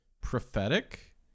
prophetic